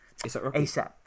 ASAP